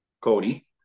Cody